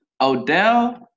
Odell